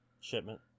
Shipment